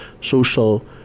social